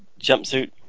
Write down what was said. jumpsuit